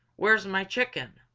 where's my chicken?